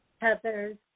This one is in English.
Heather's